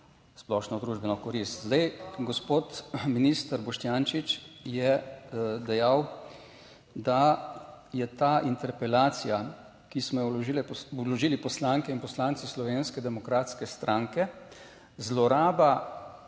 splošno družbeno korist. Zdaj, gospod minister Boštjančič je dejal, da je ta interpelacija, ki smo jo vložili poslanke in poslanci Slovenske demokratske stranke, zloraba